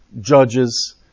Judges